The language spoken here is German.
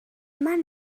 man